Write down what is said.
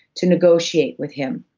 to negotiate with him,